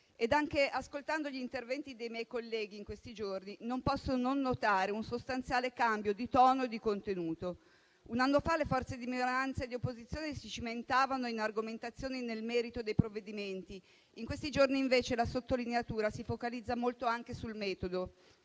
che anche ascoltando gli interventi dei miei colleghi in questi giorni non ho potuto non notare un sostanziale cambio di tono e di contenuto. Un anno fa le forze di minoranza e di opposizione si cimentavano in argomentazioni nel merito dei provvedimenti; in questi giorni, invece, la sottolineatura si focalizza molto anche sul metodo.